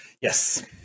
Yes